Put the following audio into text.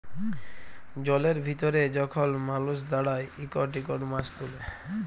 জলের ভিতরে যখল মালুস দাঁড়ায় ইকট ইকট মাছ তুলে